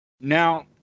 Now